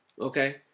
Okay